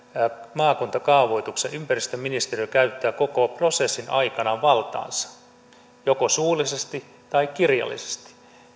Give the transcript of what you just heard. maakuntakaavoituksessa ympäristöministeriö käyttää koko prosessin aikana valtaansa joko suullisesti tai kirjallisesti